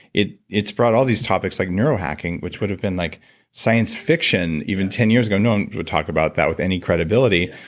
it's brought all these topics like neurohacking, which would have been like science fiction even ten years ago. no one would talk about that with any credibility.